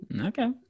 Okay